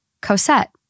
Cosette